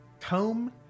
comb